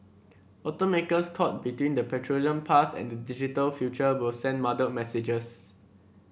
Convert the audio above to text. automakers caught between the petroleum past and the digital future will send muddled messages